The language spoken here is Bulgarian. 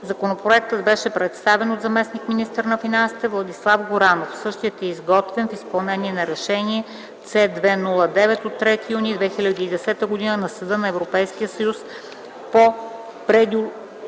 Законопроектът беше представен от заместник-министъра на финансите Владислав Горанов. Същият е изготвен в изпълнение на Решение С-2/09 от 3 юни 2010 г. на Съда на Европейския съюз по преюдициално